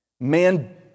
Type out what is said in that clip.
man